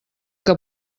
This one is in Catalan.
que